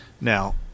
Now